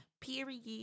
Period